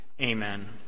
Amen